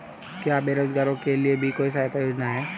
क्या बेरोजगारों के लिए भी कोई सहायता योजना है?